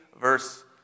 verse